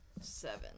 Seven